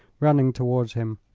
running toward him,